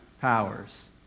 powers